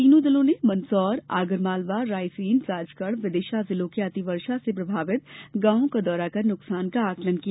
तीनों दलों ने मंदसौर आगर मालवा रायसेन राजगढ़ विदिशा जिलों के अति वर्षा से प्रभावित गाँवों का दौरा कर नुकसान का आकलन किया